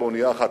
באונייה אחת.